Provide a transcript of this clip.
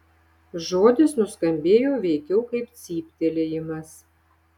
žodis nuskambėjo veikiau kaip cyptelėjimas